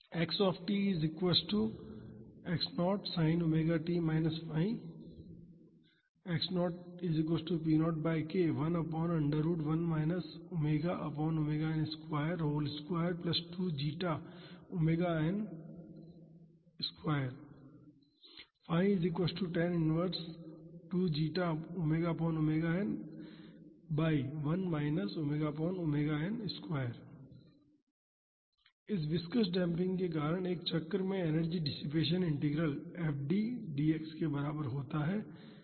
x x0 𝜙 इस viscous damping के कारण एक चक्र में energy dissipation integral fD dx के बराबर होता है